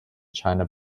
china